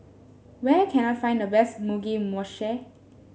where can I find the best Mugi Meshi